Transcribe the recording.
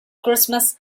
christmas